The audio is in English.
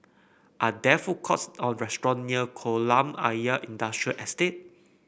are there food courts or restaurants near Kolam Ayer Industrial Estate